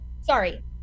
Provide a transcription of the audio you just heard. Sorry